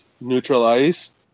neutralized